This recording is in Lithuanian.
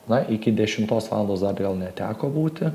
na iki dešimtos valandos dar gal neteko būti